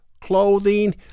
clothing